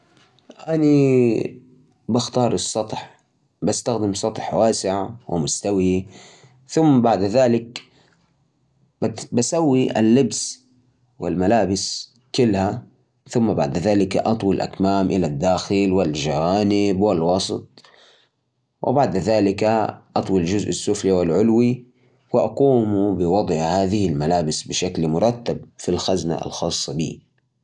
عشان تطوي الملابس بشكل صحيح أول شيء حط القطعة على سطح مستوي بعدين خذ الجانب الأيمن واطويه نحو المنتصف وسوي نفس الشي مع الجانب اليسار بعدين إطويها من الأسفل لفوق إذا كانت التيشيرت بقدر تطوي الأكمام داخل كده تضمن إنها تكون مرتبة وما تتجعد